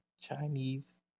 Chinese